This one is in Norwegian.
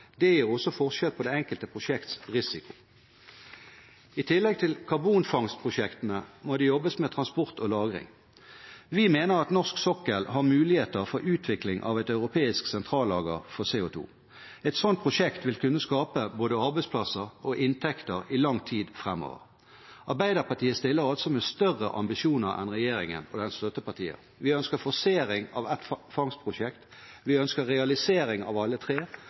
Det gir også forskjell på det enkelte prosjekts risiko. I tillegg til karbonfangstprosjektene må det jobbes med transport og lagring. Vi mener at norsk sokkel har muligheter for utvikling av et europeisk sentrallager for CO 2 . Et slikt prosjekt vil både kunne skape arbeidsplasser og gi inntekter i lang tid framover. Arbeiderpartiet stiller altså med større ambisjoner enn regjeringen og dens støttepartier. Vi ønsker forsering av ett fangstprosjekt. Vi ønsker realisering av alle tre,